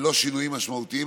בלא שינויים משמעותיים,